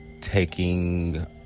taking